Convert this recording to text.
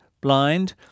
blind